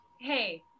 Hey